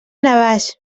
navàs